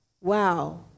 wow